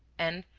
and,